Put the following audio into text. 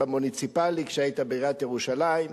כשהיית בעיריית ירושלים.